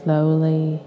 Slowly